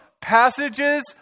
passages